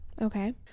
Okay